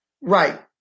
Right